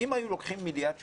אם היו לוקחים מיליארד שקלים,